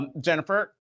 Jennifer